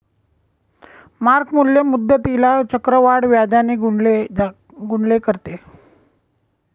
mark मूल्य मुद्दलीला चक्रवाढ व्याजाने गुणिले करते